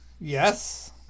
Yes